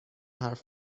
حرف